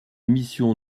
mission